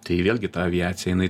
tai vėlgi ta aviacija jinai